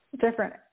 different